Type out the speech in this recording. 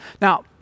Now